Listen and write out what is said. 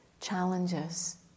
challenges